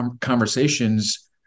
conversations